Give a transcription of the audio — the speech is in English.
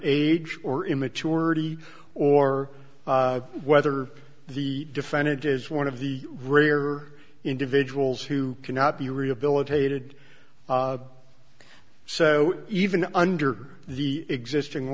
age or immaturity or whether the defendant is one of the rear individuals who cannot be rehabilitated so even under the existing